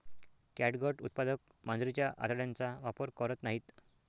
catgut उत्पादक मांजरीच्या आतड्यांचा वापर करत नाहीत